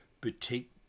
boutique